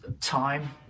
time